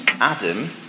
Adam